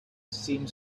seemed